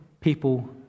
people